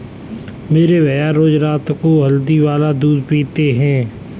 मेरे भैया रोज रात को हल्दी वाला दूध पीते हैं